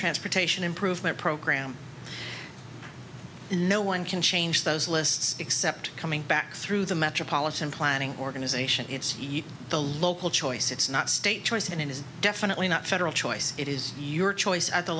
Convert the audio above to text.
transportation improvement program and no one can change those lists except coming back through the metropolitan planning organization it's the local choice it's not state choice and it is definitely not federal choice it is your choice at the